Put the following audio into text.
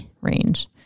range